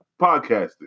podcasting